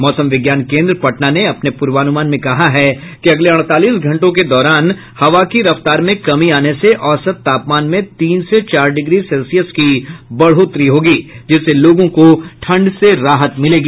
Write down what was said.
मौसम विज्ञान केन्द्र पटना ने अपने पूर्वानुमान में कहा है कि अगले अड़तालीस घंटों के दौरान हवा की रफ्तार में कमी आने से औसत तापमान में तीन से चार डिग्री सेल्सियस की बढ़ोतरी होगी जिससे लोगों को ठंड से राहत मिलेगी